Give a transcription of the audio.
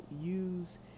use